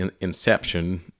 inception